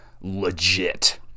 legit